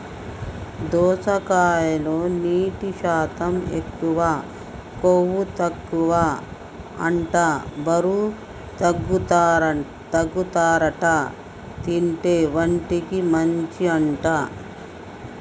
దోసకాయలో నీటి శాతం ఎక్కువ, కొవ్వు తక్కువ అంట బరువు తగ్గుతారట తింటే, ఒంటికి మంచి అంట